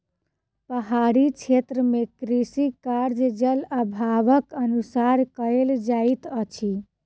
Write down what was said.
पहाड़ी क्षेत्र मे कृषि कार्य, जल अभावक अनुसार कयल जाइत अछि